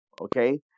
Okay